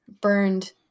burned